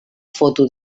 foto